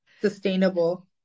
Sustainable